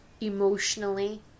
emotionally